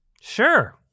Sure